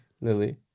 Lily